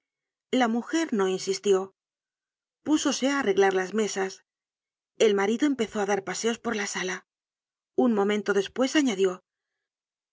la mujer no insistió púsose á arreglar las mesas el marido empezó á dar paseos por la sala un momento despues añadió